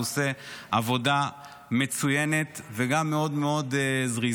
והוא עושה עבודה מצוינת וגם מאוד מאוד זריזה,